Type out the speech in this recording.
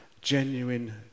genuine